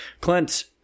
Clint